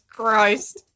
Christ